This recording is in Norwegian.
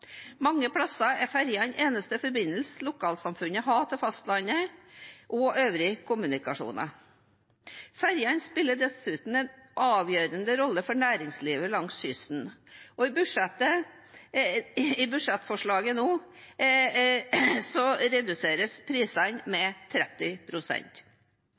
Mange steder er ferjene den eneste forbindelsen lokalsamfunnet har til fastlandet og øvrig kommunikasjon. Ferjene spiller dessuten en avgjørende rolle for næringslivet langs kysten, og i budsjettforslaget nå reduseres prisene